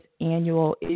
annual